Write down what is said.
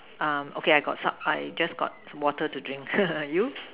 err okay I got some I just got water to drink you